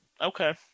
Okay